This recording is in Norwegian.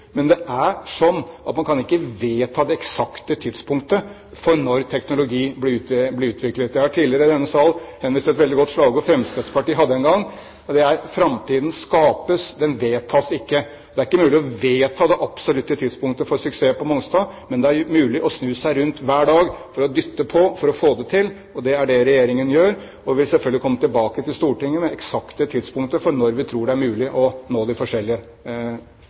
men det er slik at man kan ikke vedta det eksakte tidspunktet for når teknologi blir utviklet. Jeg har tidligere i denne sal henvist til et veldig godt slagord Fremskrittspartiet hadde en gang: Framtiden skapes, den vedtas ikke. Det er ikke mulig å vedta det absolutte tidspunktet for suksess på Mongstad, men det er mulig å snu seg rundt hver dag for å dytte på for å få det til. Det er det Regjeringen gjør, og vi vil selvfølgelig komme tilbake til Stortinget med eksakte tidspunkter for når vi tror det er mulig å nå de forskjellige